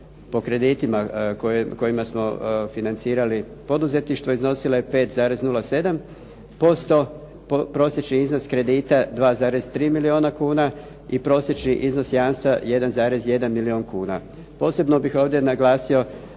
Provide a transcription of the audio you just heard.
po kreditima kojima smo financirali poduzetništvo iznosila je 5,07%, prosječni iznos kredita 2,3 milijuna kuna i prosječni iznos jamstva 1,1 milijun kuna. Posebno bih ovdje naglasio